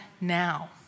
now